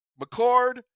McCord